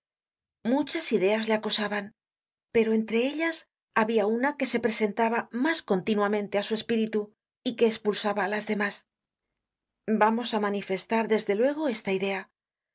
muchas ideas le acosaban pero entre ellas habia una que se presentaba mas continuamente á su espíritu y que espulsaba á las demás vamos á manifestar desde lueg esta idea